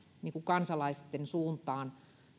kansalaisten suuntaan